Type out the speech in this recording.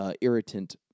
irritant